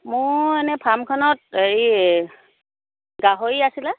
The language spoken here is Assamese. মোৰ এনেই ফাৰ্মখনত হেৰি গাহৰি আছিলে